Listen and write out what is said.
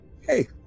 Hey